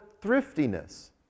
thriftiness